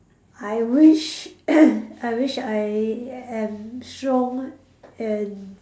I wish I wish I am strong and